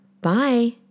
Bye